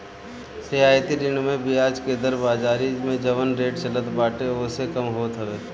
रियायती ऋण में बियाज के दर बाजारी में जवन रेट चलत बाटे ओसे कम होत हवे